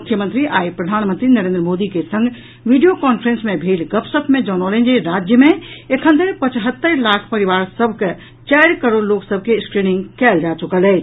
मुख्यमंत्री आइ प्रधानमंत्री नरेन्द्र मोदी के संग वीडियो कांफ्रेंस मे भेल गपशप मे जनौलनि जे राज्य मे एखन धरि पचहत्तरि लाख परिवार सभक चारि करोड़ लोक सभक स्क्रीनिंग कयल जा चुकल अछि